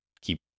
keep